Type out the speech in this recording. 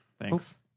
Thanks